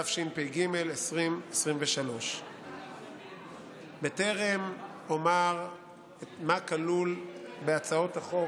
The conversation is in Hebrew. התשפ"ג 2023. בטרם אומר מה כלול בהצעות החוק